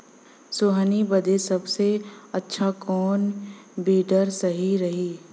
सोहनी बदे सबसे अच्छा कौन वीडर सही रही?